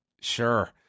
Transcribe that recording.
sure